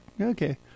okay